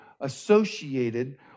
associated